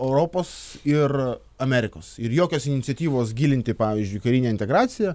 europos ir amerikos ir jokios iniciatyvos gilinti pavyzdžiui karinę integraciją